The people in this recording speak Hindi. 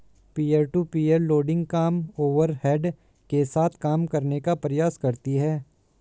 पीयर टू पीयर लेंडिंग कम ओवरहेड के साथ काम करने का प्रयास करती हैं